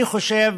אני חושב